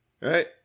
Right